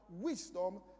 wisdom